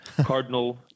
Cardinal